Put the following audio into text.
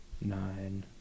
nine